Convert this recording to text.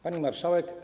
Pani Marszałek!